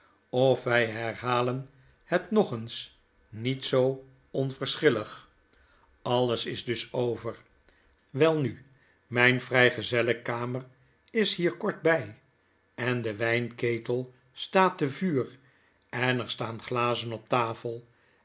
of wjj herhalen het nog eens niet zoo onverschillig alles is dus over welnu mijn vrygezellenkamer is hier kort bjj en de wiinketel staat te vuur en er staan glazen op tafel